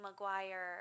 McGuire